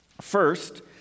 First